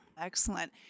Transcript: Excellent